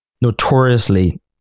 notoriously